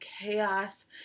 chaos